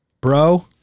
bro